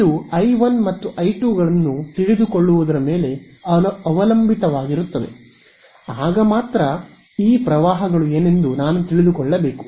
ಇದು I1 ಮತ್ತು I2 ಗಳನ್ನು ತಿಳಿದುಕೊಳ್ಳುವುದರ ಮೇಲೆ ಅವಲಂಬಿತವಾಗಿರುತ್ತದೆ ಆಗ ಮಾತ್ರ ಈ ಪ್ರವಾಹಗಳು ಏನೆಂದು ನಾನು ತಿಳಿದುಕೊಳ್ಳಬೇಕು